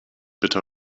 bitte